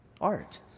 art